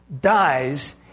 dies